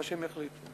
מה שהם יחליטו.